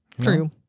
True